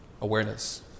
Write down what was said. awareness